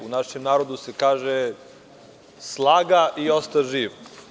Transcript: U našem narodu se kaže – „slaga i osta živ“